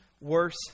Worse